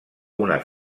una